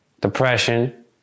depression